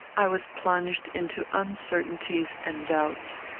i was plunged into uncertainties and doubts.